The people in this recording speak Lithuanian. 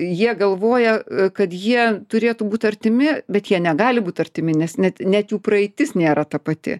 jie galvoja kad jie turėtų būt artimi bet jie negali būt artimi nes net net jų praeitis nėra ta pati